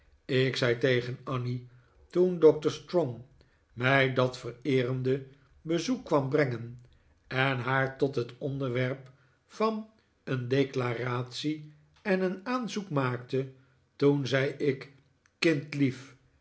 ik zei tegen annie toen doctor strong mij dat vereerende bezoek kwam brengen en haar tot het onderwerp van een declaratie en een aanzoek maakte toen zei ik